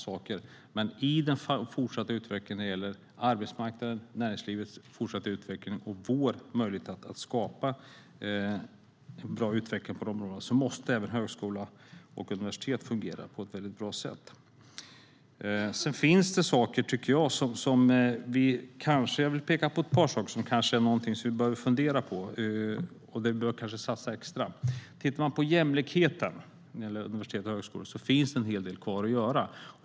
Men när det gäller den fortsatta utvecklingen på arbetsmarknaden och i näringslivet, och när det gäller vår möjlighet att skapa en bra utveckling på dessa områden, måste även högskola och universitet fungera på ett mycket bra sätt. Jag vill peka på ett par saker som kanske är någonting som vi behöver fundera på och kanske satsa extra på. Tittar man på jämlikheten när det gäller universitet och högskolor finns det en hel del kvar att göra.